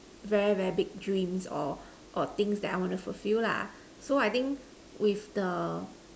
very very big dreams or or things that I want to fulfill lah so I think with the